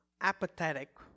apathetic